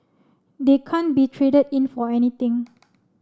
they can't be traded in for anything